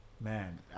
man